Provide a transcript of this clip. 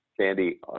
Sandy